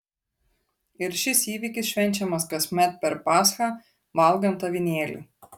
ir šis įvykis švenčiamas kasmet per paschą valgant avinėlį